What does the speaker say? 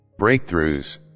breakthroughs